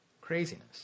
craziness